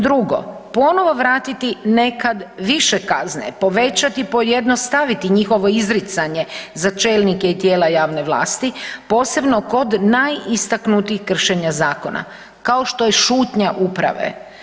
Drugo, ponovo vratiti nekad više kazne, povećati, pojednostaviti njihovo izricanje za čelnike i tijela javne vlasti, posebno kod najistaknutijih kršenja zakona, kao što je šutnja uprave.